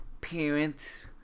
parents